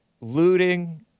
looting